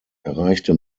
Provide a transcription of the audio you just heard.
erreichte